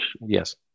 yes